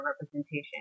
representation